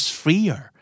freer